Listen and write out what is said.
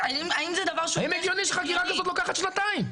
האם זה הגיוני שחקירה כזאת לוקחת שנתיים?